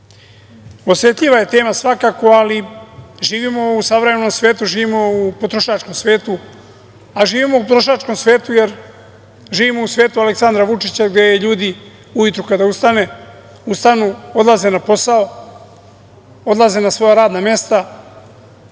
ponovo. Osetljiva je tema svakako, ali živimo u savremenom svetu, živimo u potrošačkom svetu, a živimo u potrošačkom svetu, jer živimo u svetu Aleksandra Vučića gde ljudi ujutru kada ustanu, odlaze na posao, odlaze na svoja radna mesta,